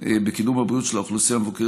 בקידום הבריאות של האוכלוסייה המבוגרת